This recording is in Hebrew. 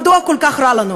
מדוע כל כך רע לנו?